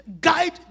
guide